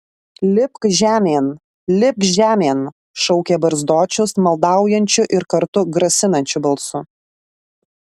lipk žemėn lipk žemėn šaukė barzdočius maldaujančiu ir kartu grasinančiu balsu